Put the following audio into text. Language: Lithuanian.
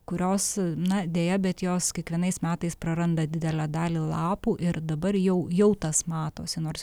kurios na deja bet jos kiekvienais metais praranda didelę dalį lapų ir dabar jau jau tas matosi nors